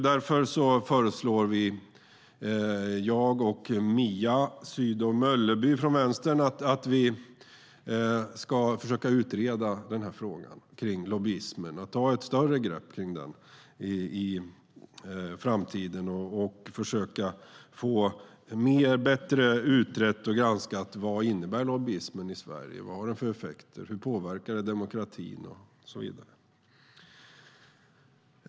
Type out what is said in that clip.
Därför föreslår jag och Mia Sydow Mölleby från Vänstern att vi ska försöka utreda frågan kring lobbyismen, ta ett större grepp kring den i framtiden och försöka få bättre utrett och granskat vad lobbyismen i Sverige innebär. Vad har den för effekt? Hur påverkar den demokratin och så vidare?